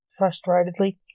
frustratedly